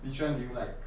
which one do you like